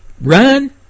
run